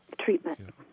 treatment